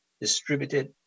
distributed